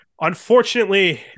Unfortunately